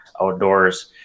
Outdoors